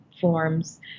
forms